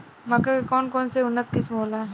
मक्का के कौन कौनसे उन्नत किस्म होला?